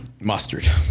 Mustard